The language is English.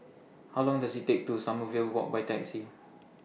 How Long Does IT Take to Sommerville Walk By Taxi